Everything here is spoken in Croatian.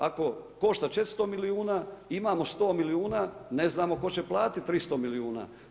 Ako koša 400 milijuna, imamo 100 milijuna, ne znamo tko će platiti 300 milijuna.